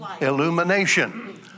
illumination